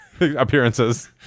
appearances